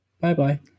Bye-bye